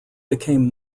became